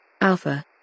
Alpha